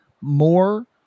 more